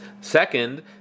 Second